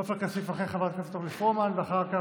עופר כסיף אחרי חברת הכנסת אורלי פרומן, ואחר כך,